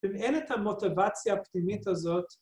‫בהלך המוטיבציה הפנימית הזאת,